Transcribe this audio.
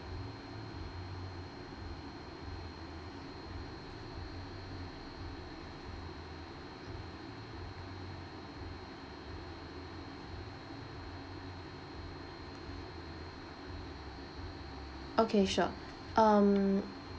okay sure um